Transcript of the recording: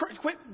quit